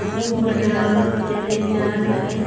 आघु बढ़ावत चले जात अहें